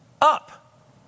up